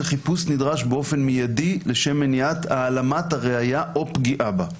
החיפוש נדרש באופן מידי לשם מניעת העלמת הראייה או פגיעה בה.